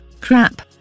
crap